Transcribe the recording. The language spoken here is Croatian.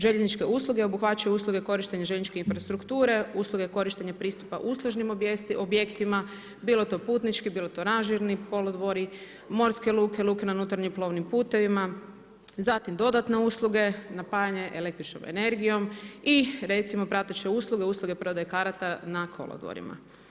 Željezničke usluge obuhvaćaju usluge korištenja željezničke infrastrukture, usluge korištenja pristupa uslužnim objektima, bilo to putnički, bilo to ranžirni kolodvori, morske luke, luke na unutarnjim plovnim putevima, zatim dodatne usluge, napajanje električnom energijom i recimo prateće usluge, usluge prodaje karata na kolodvorima.